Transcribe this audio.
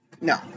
No